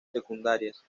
secundarias